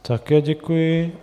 Také děkuji.